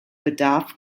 bedarf